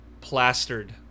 plastered